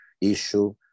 issue